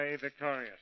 victorious